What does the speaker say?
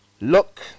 look